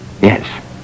Yes